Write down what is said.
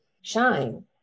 shine